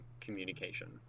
communication